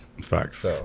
facts